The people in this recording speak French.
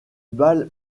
bal